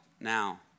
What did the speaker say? now